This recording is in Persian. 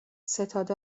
ستاد